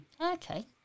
Okay